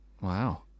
Wow